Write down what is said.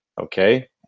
Okay